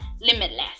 limitless